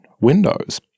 Windows